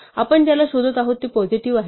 आपण ज्याला शोधत आहोत ते पॉसिटीव्ह आहे